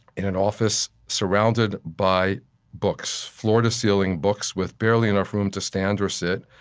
in an office surrounded by books, floor-to-ceiling books, with barely enough room to stand or sit,